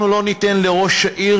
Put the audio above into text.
אנחנו לא ניתן לראש העיר,